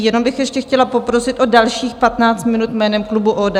Jenom bych ještě chtěla poprosit o dalších 15 minut jménem klubu ODS.